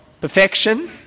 perfection